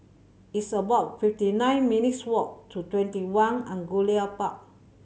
it's about fifty nine minutes' walk to TwentyOne Angullia Park